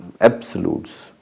absolutes